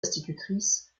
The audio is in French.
institutrice